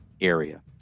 area